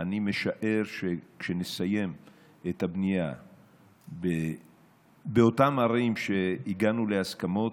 אני משער שכשנסיים את הבנייה באותן ערים שעימן הגענו להסכמות,